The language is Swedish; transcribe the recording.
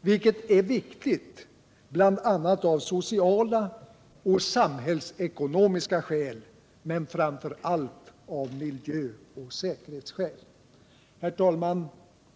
vilket är viktigt av bl.a. sociala och samhällsekonomiska skäl, men framför allt av miljöoch säkerhetsskäl. Herr talman!